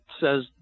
says